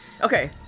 Okay